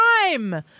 crime